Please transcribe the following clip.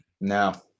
No